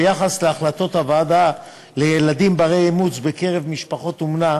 ביחס להחלטות הוועדה בדבר ילדים בני-אימוץ במשפחות אומנה,